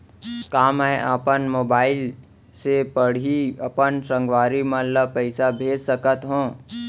का मैं अपन मोबाइल से पड़ही अपन संगवारी मन ल पइसा भेज सकत हो?